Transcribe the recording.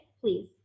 Please